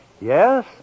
Yes